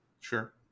Sure